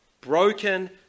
broken